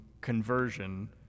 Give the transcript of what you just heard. conversion